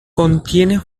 contiene